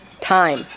time